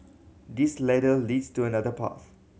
this ladder leads to another path